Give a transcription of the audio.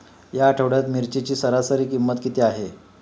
या आठवड्यात मिरचीची सरासरी किंमत किती आहे?